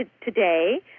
today